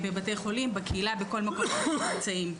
בבתי חולים, בקהילה, בכל מקום אנחנו נמצאים.